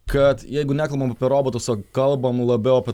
kad jeigu nekalbam apie robotus o kalbam labiau apie